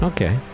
Okay